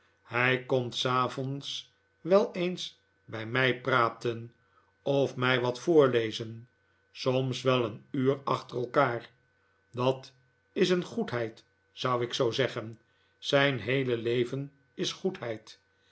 hij komt s avonds wel eens bij mij praten of mij wat voorlezen soms wel een uur achter elkaar dat is een goedheid zou ik zoo zeggen zijn heele leven is goedheid